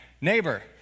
neighbor